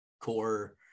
core –